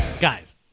Guys